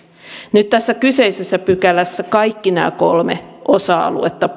nyt tässä kyseisessä pykälässä kaikki nämä kolme osa aluetta